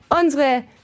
Unsere